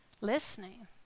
listening